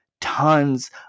tons